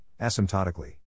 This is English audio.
asymptotically